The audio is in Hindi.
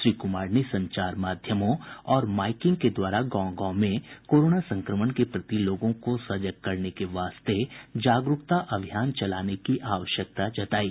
श्री कुमार ने संचार माध्यमों और माइकिंग के द्वारा गांव गांव में कोरोना संक्रमण के प्रति लोगों को सजग करने के वास्ते जागरूकता अभियान चलाने की आवश्यकता जतायी